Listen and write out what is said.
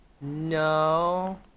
no